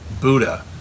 Buddha